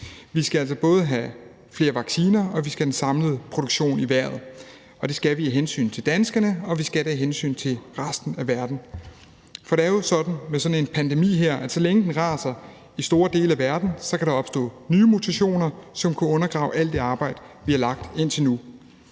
Vi skal altså både have flere vacciner, og vi skal have den samlede produktion i vejret. Det skal vi af hensyn til danskerne, og det skal vi af hensyn til resten af verden. For det er jo sådan med sådan en pandemi her, at så længe den raser i store dele af verden, så kan der opstå nye mutationer, som kunne undergrave alt det arbejde, vi har lagt i det indtil nu.